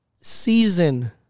season